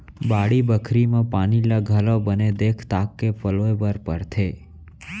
बाड़ी बखरी म पानी ल घलौ बने देख ताक के पलोय बर परथे